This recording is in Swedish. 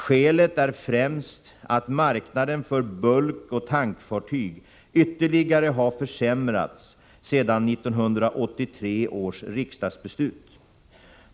Skälet är främst att marknaden för bulkoch tankfartyg ytterligare har försämrats sedan 1983 års riksdagsbeslut.